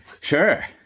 Sure